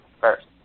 first